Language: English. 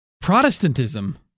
Protestantism